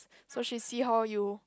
so she see how you